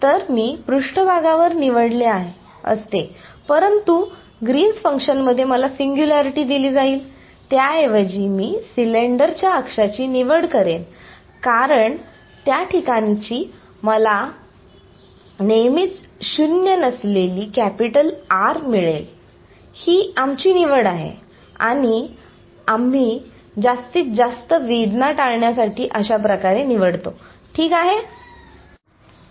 तर मी पृष्ठभागावर निवडले असते परंतु ग्रीन फंक्शनमध्ये मला सिंग्युलॅरिटी दिली जाईल त्याऐवजी मी सिलेंडरच्या अक्षाची निवड करेन कारण त्या ठिकाणी मला नेहमीच शून्य नसलेली कॅपिटल R मिळेल ही आमची निवड आहे आणि आम्ही जास्तीत जास्त वेदना टाळण्यासाठी अशा प्रकारे निवडतो ठीक आहे